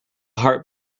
heart